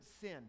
sin